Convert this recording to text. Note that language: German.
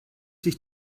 sich